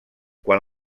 quan